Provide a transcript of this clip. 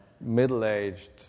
middle-aged